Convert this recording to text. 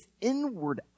inward